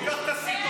שייקח את הסרטונים.